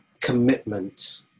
commitment